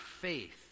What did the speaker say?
faith